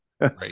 Right